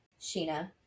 sheena